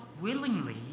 willingly